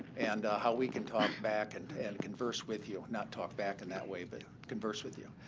and how we can talk back and and converse with you. not talk back in that way, but converse with you.